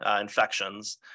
infections